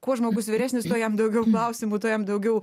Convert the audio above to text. kuo žmogus vyresnis tuo jam daugiau klausimų tuo jam daugiau